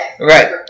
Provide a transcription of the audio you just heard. Right